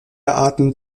arten